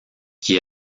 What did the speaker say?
qui